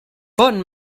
bon